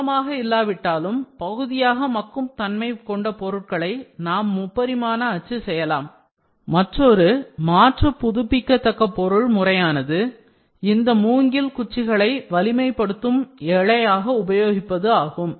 மொத்தமாக இல்லாவிட்டாலும் பகுதியாக மக்கும் தன்மை கொண்ட பொருட்களை நாம் முப்பரிமாண அச்சு செய்யலாம் மற்றொரு மாற்று புதுப்பிக்கத்தக்க பொருள் முறையானது இந்த மூங்கில் குச்சிகளை வலிமைப்படுத்தும் இழைகளாக உபயோகிப்பது ஆகும்